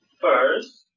first